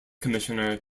commissioner